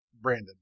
Brandon